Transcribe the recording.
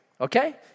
okay